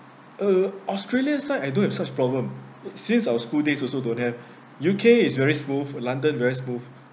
uh australia side I don't have such problem since our school days also don't have U_K is very smooth london very smooth